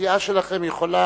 הסיעה שלכם יכולה